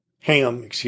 Ham